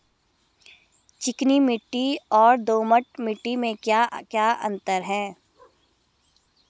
चिकनी मिट्टी और दोमट मिट्टी में क्या क्या अंतर है?